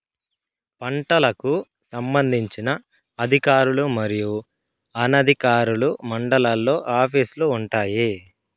పంటలకు సంబంధించిన అధికారులు మరియు అనధికారులు మండలాల్లో ఆఫీస్ లు వుంటాయి?